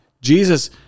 Jesus